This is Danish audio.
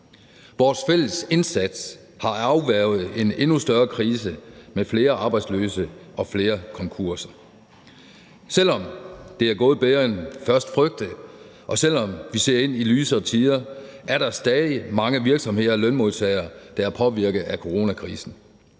Vores fælles indsats har afværget en endnu større krise med flere arbejdsløse og flere konkurser. Selv om det er gået bedre end først frygtet, og selv om vi ser ind i lysere tider, er der stadig mange virksomheder og lønmodtagere, der er påvirket af coronakrisen.